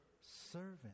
servant